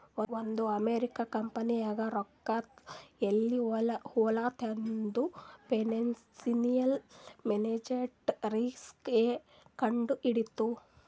ಒಂದ್ ಅಮೆರಿಕಾ ಕಂಪನಿನಾಗ್ ರೊಕ್ಕಾ ಎಲ್ಲಿ ಹೊಲಾತ್ತಾವ್ ಅಂತ್ ಫೈನಾನ್ಸಿಯಲ್ ಮ್ಯಾನೇಜ್ಮೆಂಟ್ ರಿಸ್ಕ್ ಎ ಕಂಡ್ ಹಿಡಿತ್ತು